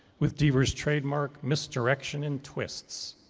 with deaver's trademark misdirection and twists.